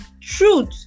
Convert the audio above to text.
truth